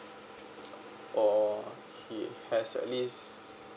or he has at least